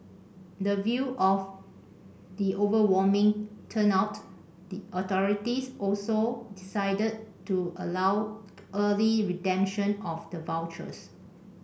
the view of the overwhelming turnout the authorities also decided to allow early redemption of the vouchers